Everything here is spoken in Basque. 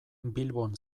bilbon